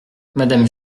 madame